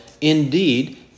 Indeed